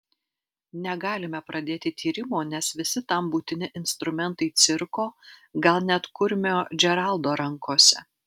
negalime pradėti tyrimo nes visi tam būtini instrumentai cirko gal net kurmio džeraldo rankose